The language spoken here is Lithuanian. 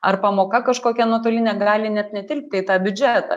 ar pamoka kažkokia nuotolinė gali net netilpti į tą biudžetą